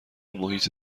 محیط